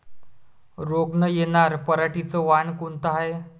रोग न येनार पराटीचं वान कोनतं हाये?